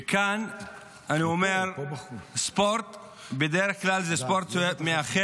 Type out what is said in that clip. וכאן אני אומר, ספורט בדרך כלל מאחד.